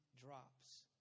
drops